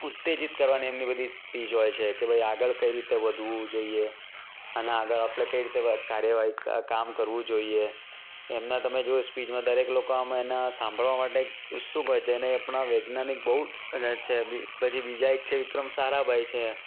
ઉત્તેજિત કરવાની એમની બધી સ્પીચ હોય છે કે ભાઈ આગળ કઈ રીતે વધવું જોઈએ અને આગળ આપણે કઇ રીતે કાર્યવાહી ક કામ કરવું જોઈએ એમને તમે જોવો સ્પીચમાં દરેક લોકો આમ એમને સાંભળવા માટે ઉત્સુક હોય છે અને એ આપણા વૈજ્ઞાનિક બહુ જ છે પછી બીજા એક છે વિક્રમ સારાભાઈ છે